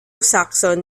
saxon